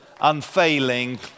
unfailing